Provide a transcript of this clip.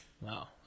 Wow